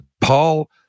Paul